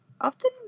often